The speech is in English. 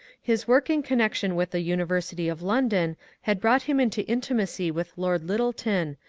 his work in connection with the university of london had brought him into intimacy with lord lyttleton,